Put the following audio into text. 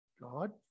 God